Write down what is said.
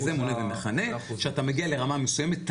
כשאתה מגיע לרמה מסוימת,